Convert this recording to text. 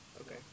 Okay